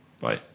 Bye